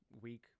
week